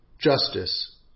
Justice